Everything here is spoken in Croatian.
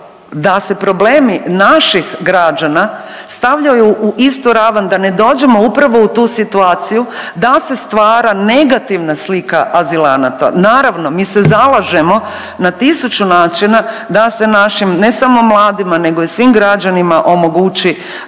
da se problemi naših građana stavljaju u istu ravan da ne dođemo upravo u tu situaciju da se stvara negativna slika azilanata. Naravno mi se zalažemo na tisuću načina da se našim, ne samo mladima nego i svim građanima, omogući